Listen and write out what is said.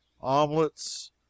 omelets